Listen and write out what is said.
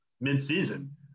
mid-season